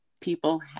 people